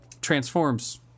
transforms